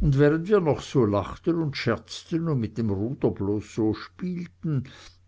und während wir noch so lachten und scherzten und mit dem ruder bloß so spielten